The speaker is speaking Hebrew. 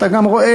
אתה גם רואה,